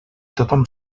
tothom